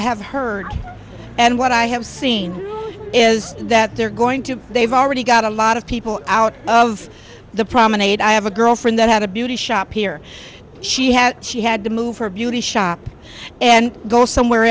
have heard and what i have seen is that they're going to they've already got a lot of people out of the promenade i have a girlfriend that had a beauty shop here she had she had to move her beauty shop and go somewhere